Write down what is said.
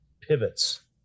pivots